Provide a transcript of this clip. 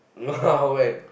ah well